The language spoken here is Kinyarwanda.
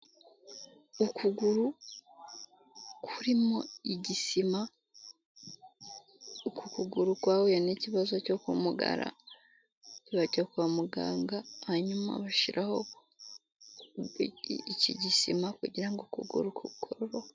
Ukuguru kuririmo igisima, uku kuguru kwahuye n'ikibazo cyo kumugara bajya kwa muganga hanyuma bashiraho iki gisima kugirango ukuguru kugororoke.